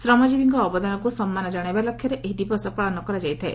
ଶ୍ରମଜୀବୀଙ୍କ ଅବଦାନକୁ ସମ୍ମାନ ଜଣାଇବା ଲକ୍ଷ୍ୟରେ ଏହି ଦିବସ ପାଳନ କରାଯାଇଥାଏ